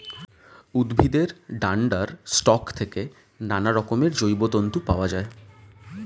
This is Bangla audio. উদ্ভিদের ডান্ডার স্টক থেকে নানারকমের জৈব তন্তু পাওয়া যায়